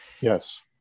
Yes